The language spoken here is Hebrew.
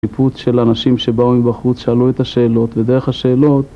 ??? של אנשים שבאו מבחוץ שאלו את השאלות, בדרך השאלות